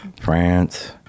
France